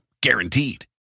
Guaranteed